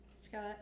Scott